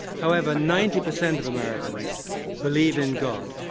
however, ninety percent of americans believe in god.